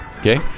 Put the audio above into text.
Okay